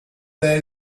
there